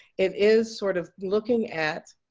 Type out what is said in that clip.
it is sort of looking at